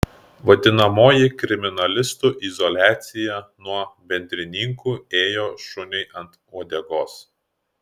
vadinamoji kriminalistų izoliacija nuo bendrininkų ėjo šuniui ant uodegos